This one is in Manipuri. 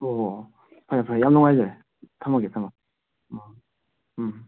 ꯑꯣꯑꯣꯑꯣ ꯐꯔꯦ ꯐꯔꯦ ꯌꯥꯝ ꯅꯨꯡꯉꯥꯏꯖꯔꯦ ꯊꯝꯃꯒꯦ ꯊꯝꯃꯒꯦ ꯎꯝ ꯎꯝ